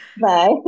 Bye